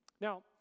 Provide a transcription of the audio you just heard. Now